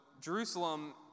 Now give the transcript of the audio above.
Jerusalem